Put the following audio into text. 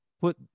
put